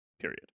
period